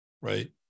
right